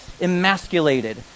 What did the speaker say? emasculated